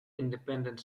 independent